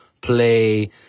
play